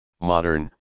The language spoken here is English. modern